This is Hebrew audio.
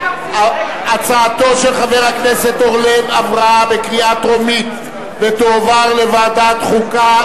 הצעתו של חבר הכנסת אורלב עברה בקריאה טרומית ותועבר לוועדת החוקה,